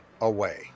away